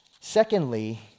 Secondly